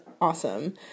awesome